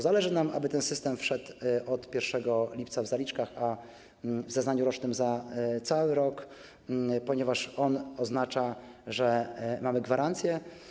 Zależy nam, aby ten system wszedł od 1 lipca w zaliczkach, a w zeznaniu rocznym za cały rok, ponieważ on oznacza, że mamy gwarancje.